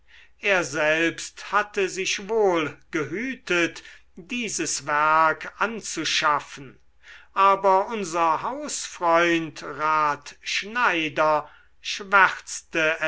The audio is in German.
er selbst hatte sich wohl gehütet dieses werk anzuschaffen aber unser hausfreund rat schneider schwärzte